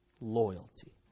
Loyalty